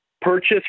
purchase